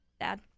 Dad